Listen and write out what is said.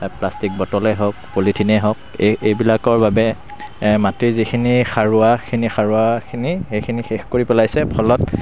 তাত প্লাষ্টিক বটলে হওক পলিথিনেই হওক এইবিলাকৰ বাবে মাটিৰ যিখিনি সাৰুৱা সেইখিনি সাৰুৱাখিনি সেইখিনি শেষ কৰি পেলাইছে ফলত